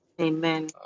Amen